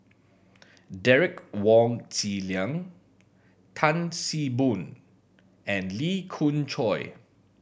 Derek Wong Zi Liang Tan See Boo and Lee Khoon Choy